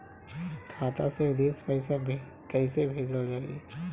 खाता से विदेश पैसा कैसे भेजल जाई?